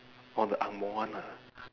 orh the angmoh one ah